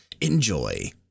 Enjoy